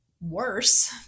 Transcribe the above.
worse